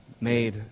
made